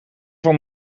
van